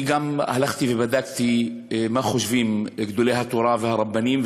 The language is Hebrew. גם הלכתי ובדקתי מה חושבים גדולי התורה והרבנים,